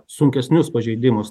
sunkesnius pažeidimus